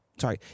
Sorry